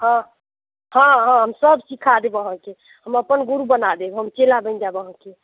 हँ हँ हँ हम सब चीज सीखा देब अहाँकेँ हम अपन गुरु बना देब अहाँकेँ हम चेला बनि जायब अहाँकेँ